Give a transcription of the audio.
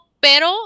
Pero